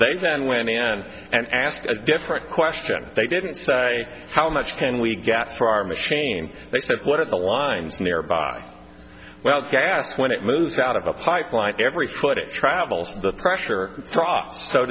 then went in and asked a different question they didn't say how much can we get for our machine they said one of the lines nearby well gas when it moves out of a pipeline every foot it travels the pressure